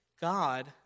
God